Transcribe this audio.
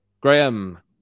Graham